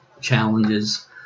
challenges